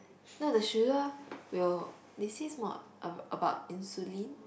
no the sugar will they says more a~ about insulin